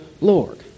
Lord